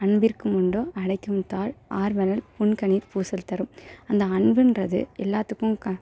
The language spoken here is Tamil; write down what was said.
அன்பிற்கும் உண்டோ அடைக்கும் தாழ் ஆர்வலர் புன்கணீர் பூசல் தரும் அந்த அன்புன்றது எல்லாத்துக்கும் க